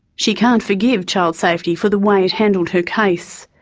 she can't forgive child safety for the way it handled her case.